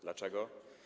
Dlaczego?